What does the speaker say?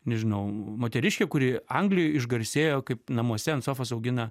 nežinau moteriškė kuri anglijoj išgarsėjo kaip namuose ant sofos augina